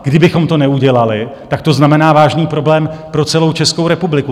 Kdybychom to neudělali, tak to znamená vážný problém pro celou Českou republiku.